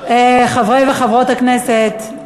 חברי וחברות הכנסת,